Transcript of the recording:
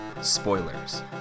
spoilers